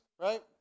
right